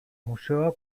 museoa